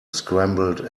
scrambled